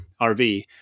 RV